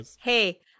hey